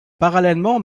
parallèlement